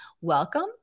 welcome